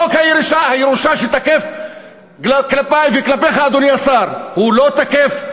חוק הירושה, שתקף כלפי וכלפיך, אדוני השר, לא תקף,